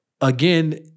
again